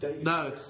No